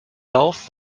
lauf